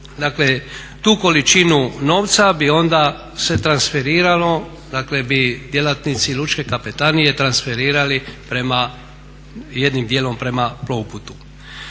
dakle tu količinu novca bi onda se transferiralo, dakle bi djelatnici Lučke kapetanije transferirali prema, jednim dijelom prema Plovputu.